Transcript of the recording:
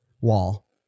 wall